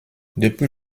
depuis